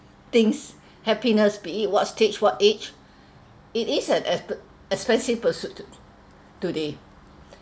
think happiness be it what stage what age it is an expe~ expensive pursuit today